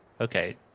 okay